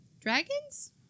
dragons